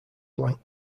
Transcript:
blank